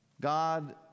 God